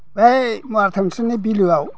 ओइ माथावसेनि बिलोआव